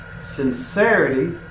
sincerity